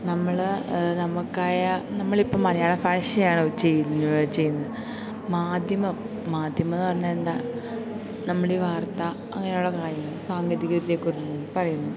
നമ്മള് നമുക്കായ നമ്മളിപ്പം മലയാള ഭാഷയാണോ ചെയ്നു ചെയ്യുന്നത് മാധ്യമം മാധ്യമം എന്ന് പറഞ്ഞാൽ എന്താ നമ്മുടെ ഈ വാർത്ത അങ്ങനെ ഉള്ള കാര്യങ്ങള് സാങ്കേതിക വിദ്യയേ കുറിച്ച് പറയുന്നു